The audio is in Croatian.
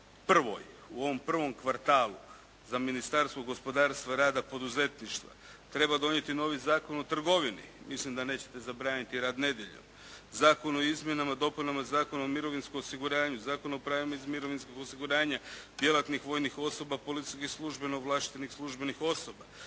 prvoj u ovom prvom kvartalu za Ministarstvo gospodarstva, rada, poduzetništva treba donijeti novi Zakon o trgovini, mislim da nećete zabraniti rad nedjeljom. Zakon o izmjena i dopunama Zakona o mirovinskom osiguranju, Zakon o pravima iz mirovinskog osiguranja djelatnih vojnih osoba, policijskih službenika, ovlaštenih službenih osoba,